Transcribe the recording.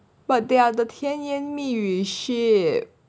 but their the 甜言蜜语 ship